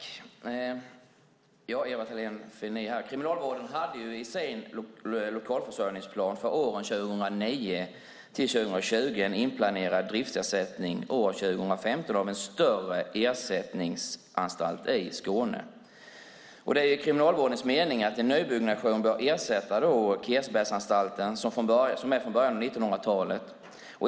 Herr talman! Kriminalvården hade i sin lokalförsörjningsplan för åren 2009-2020 en inplanerad driftssättning år 2015 av en större ersättningsanstalt i Skåne. Det är Kriminalvårdens mening att en nybyggnation bör ersätta Kirsebergsanstalten som är från början av 1900-talet.